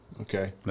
Okay